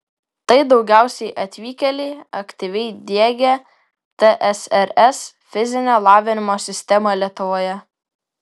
tai daugiausiai atvykėliai aktyviai diegę tsrs fizinio lavinimo sistemą lietuvoje